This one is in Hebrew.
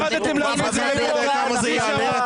------ להלבין